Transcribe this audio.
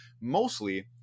mostly